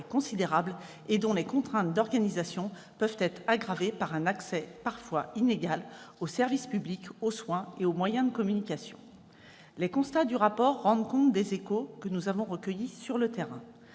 considérable et dont les contraintes d'organisation peuvent être aggravées par un accès parfois inégal aux services publics, aux soins et aux moyens de communication. Les constats du rapport rendent compte des échos que nous avons recueillis sur le terrain.